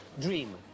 Dream